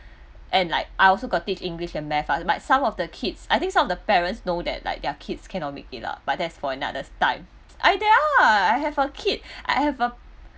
and like I also got teach english and math lah but some of the kids I think some of the parents know that like their kids cannot make it lah but that's for another time I they are I have a kid I have a